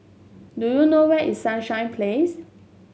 do you know where is Sunshine Place